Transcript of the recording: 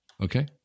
okay